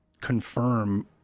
confirm